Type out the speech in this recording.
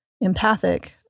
empathic